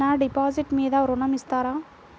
నా డిపాజిట్ మీద ఋణం ఇస్తారా?